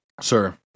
Sir